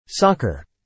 Soccer